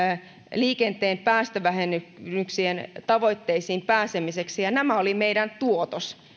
liikenteen päästövähennyksien tavoitteisiin pääsemiseksi ja nämä olivat meidän tuotos